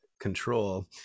control